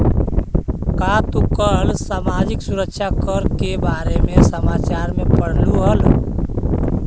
का तू कल सामाजिक सुरक्षा कर के बारे में समाचार में पढ़लू हल